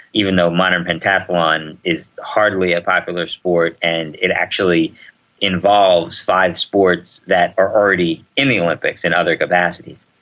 even though modern pentathlon is hardly a popular sport and it actually involves five sports that are already in the olympics in other capacities.